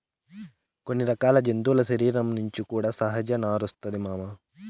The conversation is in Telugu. కొన్ని రకాల జంతువుల శరీరం నుంచి కూడా సహజ నారొస్తాది మామ